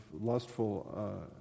lustful